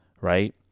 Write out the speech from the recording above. Right